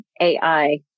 AI